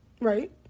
right